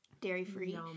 dairy-free